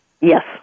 Yes